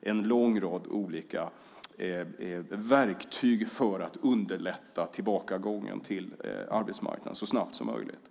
en lång rad olika verktyg för att underlätta tillbakagången till arbetsmarknaden så snabbt som möjligt.